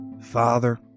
Father